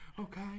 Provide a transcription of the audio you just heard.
Okay